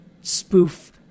spoof